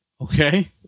Okay